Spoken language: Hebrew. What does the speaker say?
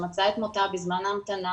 שמצאה את מותה בזמן ההמתנה